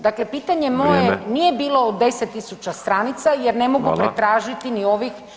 Dakle, pitanje moje [[Upadica: Vrijeme]] nije bilo o 10.000 stranica jer ne mogu [[Upadica: Hvala]] pretražiti ni ovih 200.